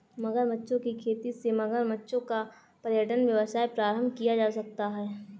मगरमच्छों की खेती से मगरमच्छों का पर्यटन व्यवसाय प्रारंभ किया जा सकता है